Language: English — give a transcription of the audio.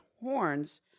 horns